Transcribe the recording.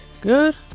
Good